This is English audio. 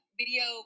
video